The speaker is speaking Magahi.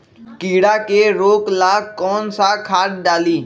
कीड़ा के रोक ला कौन सा खाद्य डाली?